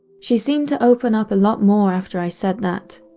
she seemed to open up a lot more after i said that.